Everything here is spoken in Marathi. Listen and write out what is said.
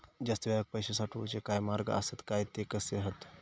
जास्त वेळाक पैशे साठवूचे काय मार्ग आसत काय ते कसे हत?